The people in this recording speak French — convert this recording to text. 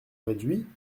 réduit